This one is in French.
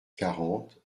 quarante